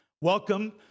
Welcome